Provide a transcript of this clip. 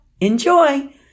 enjoy